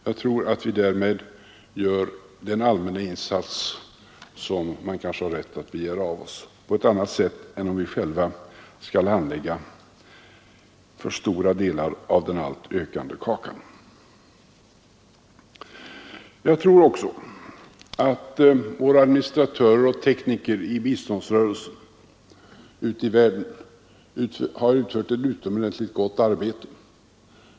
Jag tror att vi därmed gör den allmänna insats, som man kanske har rätt att begära av oss, på ett bättre sätt än om vi själva skulle handlägga den för stora delar av det alltmer ökande behovet. Jag tror också att våra administratörer och tekniker i biståndsrörelsen ute i världen hittills har utfört ett utomordentligt gott arbete.